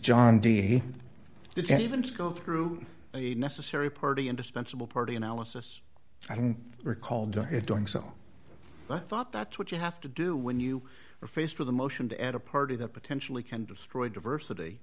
john d he didn't even go through the necessary party indispensable party analysis i don't recall doing it doing so i thought that's what you have to do when you are faced with a motion to add a party that potentially can destroy diversity